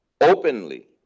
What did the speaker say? openly